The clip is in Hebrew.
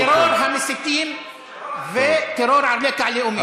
אמרתם: טרור המסיתים וטרור על רקע לאומי.